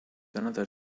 another